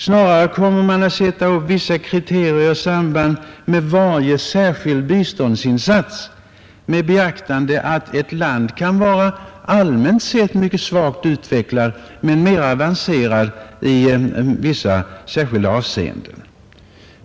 Snarare kommer man att sätta upp vissa kriterier i samband med varje särskild biståndsinsats, med beaktande av att ett land kan vara allmänt sett mycket svagt utvecklat men mer avancerat i vissa särskilda avseenden.